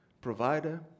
provider